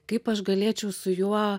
kaip aš galėčiau su juo